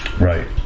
right